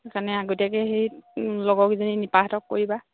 সেইকাৰণে আগতীয়াকৈ সেই লগৰকীজনী নিপাহঁতক কৰিবা